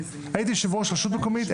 הייתי יושב ראש רשות מקומית,